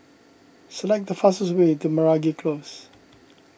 select the fastest way to Meragi Close